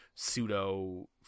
Pseudo